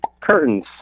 curtains